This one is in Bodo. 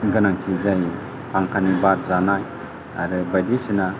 गोनांथि जायो फांखानि बार जानाय आरो बायदिसिना